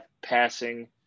passing